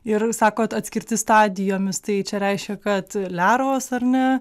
ir sakot atskirti stadijomis tai čia reiškia kad lervos ar ne